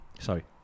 sorry